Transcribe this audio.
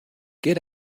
get